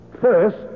First